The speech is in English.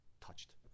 touched